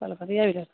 پل پتے جاتیں